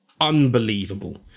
unbelievable